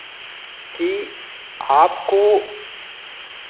कि आपको